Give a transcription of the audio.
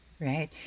Right